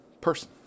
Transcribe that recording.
person